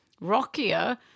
rockier